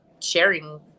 sharing